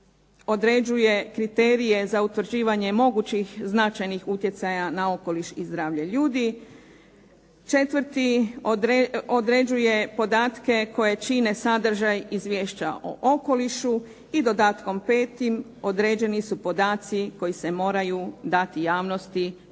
određuje kriterije za utvrđivanje mogućih značajnih utjecaja na okoliš i zdravlje ljudi. Četvrti određuje podatke koje čine sadržaj Izvješća o okolišu i dodatkom 5. određeni su podaci koji se moraju dati javnosti pogođene